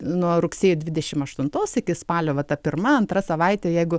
nuo rugsėjo dvidešim aštuntos iki spalio va ta pirma antra savaitė jeigu